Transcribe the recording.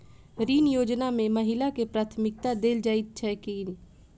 ऋण योजना मे महिलाकेँ प्राथमिकता देल जाइत छैक की?